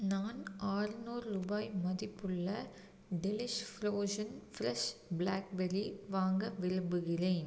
நான் அறநூறு ருபாய் மதிப்புள்ள டெலிஷ் ஃப்ரோஷன் ஃப்ரெஷ் ப்ளாக்பெரியை வாங்க விரும்புகிறேன்